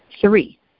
Three